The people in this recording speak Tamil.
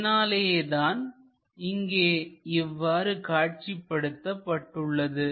இதனாலேதான் இங்கே இவ்வாறு காட்சி படுத்தப்பட்டுள்ளது